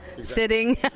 sitting